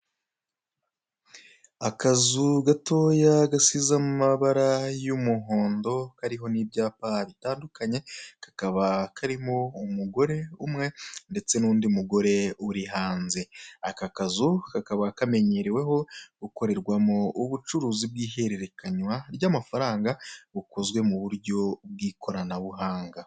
Akazu gatoya gasize amabara y'umuhondo kariho n'ibyapa bitandukanye kakaba karimo umugore umwe ndetse n'undi mugore uri hanze aka kazu kakaba kamenyereweho gukorerwamo ubucuruzi bw'ihererekanywa ry'mafaranga bukozwe mu buryo bw'ikoranabuhanga.